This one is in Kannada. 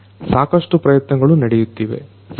ಸಾಕಷ್ಟು ಪ್ರಯತ್ನಗಳು ನಡೆಯುತ್ತಿವೆ